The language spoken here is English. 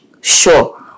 sure